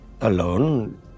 Alone